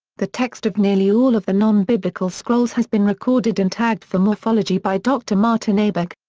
the text of nearly all of the non-biblical scrolls has been recorded and tagged for morphology by dr. martin abegg,